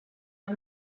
are